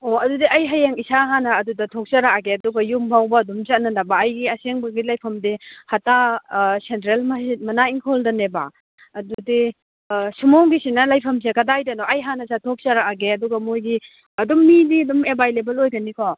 ꯑꯣ ꯑꯗꯨꯗꯤ ꯑꯩ ꯍꯌꯦꯡ ꯏꯁꯥ ꯍꯥꯟꯅ ꯑꯗꯨꯗ ꯊꯣꯛꯆꯔꯛꯑꯒꯦ ꯑꯗꯨꯒ ꯌꯨꯝ ꯐꯥꯎꯕ ꯑꯗꯨꯝ ꯆꯠꯅꯅꯕ ꯑꯩꯒꯤ ꯑꯁꯦꯡꯕꯒꯤ ꯂꯩꯐꯝꯗꯤ ꯍꯇꯥ ꯁꯦꯟꯇ꯭ꯔꯦꯜ ꯃꯅꯥꯛ ꯏꯪꯈꯣꯜꯗꯅꯦꯕ ꯑꯗꯨꯗꯤ ꯁꯣꯝꯒꯤꯁꯤꯅ ꯂꯩꯐꯝꯁꯦ ꯀꯥꯗꯥꯏꯗꯅꯣ ꯑꯩ ꯍꯥꯟꯅ ꯆꯠꯊꯣꯛꯆꯔꯛꯑꯒꯦ ꯑꯗꯨꯒ ꯃꯣꯏꯒꯤ ꯑꯗꯨꯝ ꯃꯤꯗꯤ ꯑꯗꯨꯝ ꯑꯦꯚꯥꯏꯂꯦꯕꯜ ꯑꯣꯏꯒꯅꯤꯀꯣ